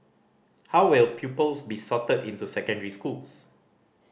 how will pupils be sorted into secondary schools